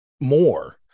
more